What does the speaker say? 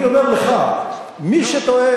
אני אומר לך, מי שטוען